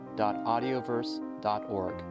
audioverse.org